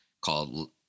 called